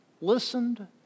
listened